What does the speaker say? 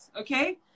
Okay